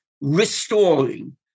restoring